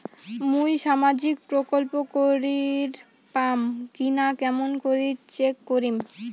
মুই সামাজিক প্রকল্প করির পাম কিনা কেমন করি চেক করিম?